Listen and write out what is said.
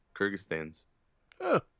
Kyrgyzstan's